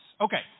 Okay